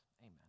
Amen